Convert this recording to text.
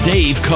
Dave